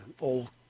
old